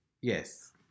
Yes